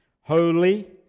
holy